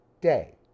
day